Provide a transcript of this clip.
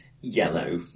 yellow